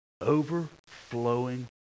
Overflowing